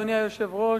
אדוני היושב-ראש,